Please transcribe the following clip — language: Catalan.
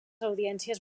audiències